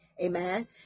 Amen